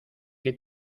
qué